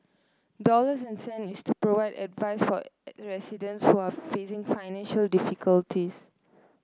dollars and cent is to provide advice for a residents who are facing financial difficulties